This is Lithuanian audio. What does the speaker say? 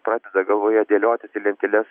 pradeda galvoje dėliotis į lenteles